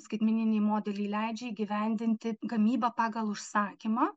skaitmeniniai modeliai leidžia įgyvendinti gamybą pagal užsakymą